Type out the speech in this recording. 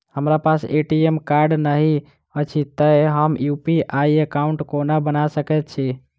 हमरा पास ATM card नहि अछि तए हम यु.पी.आई एकॉउन्ट कोना बना सकैत छी